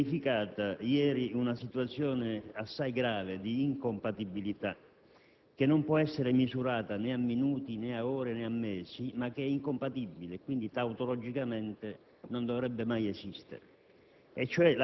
si è verificata una situazione assai grave di incompatibilità, che non può essere misurata a minuti, né a ore, né a mesi, ma che è incompatibile e quindi, tautologicamente, non dovrebbe mai esistere: